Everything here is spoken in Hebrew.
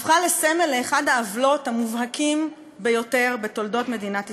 הפכה לסמל לאחת העוולות המובהקות ביותר בתולדות מדינת ישראל.